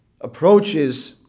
approaches